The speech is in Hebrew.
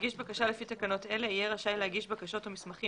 מגיש בקשה לפי תקנות אלה יהיה רשאי להגיש בקשות או מסמכים